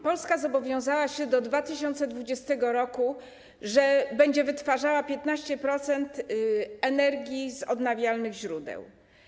Polska zobowiązała się, że do 2020 r. będzie wytwarzała 15% energii z odnawialnych źródeł.